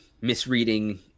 misreading –